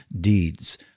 deeds